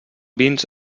vins